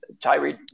Tyree